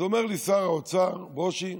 אז אומר לי שר האוצר: ברושי,